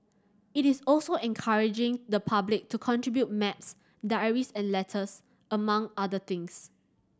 it is also encouraging the public to contribute maps diaries and letters among other things